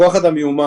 כוח אדם מיומן,